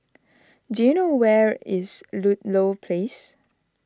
do you know where is Ludlow Place